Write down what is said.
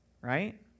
right